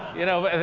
you know,